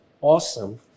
awesome